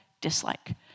dislike